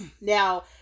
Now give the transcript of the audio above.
Now